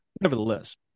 Nevertheless